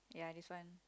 ya this one